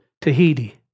Tahiti